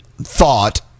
thought